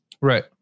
Right